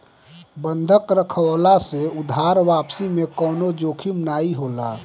बंधक रखववला से उधार वापसी में कवनो जोखिम नाइ होला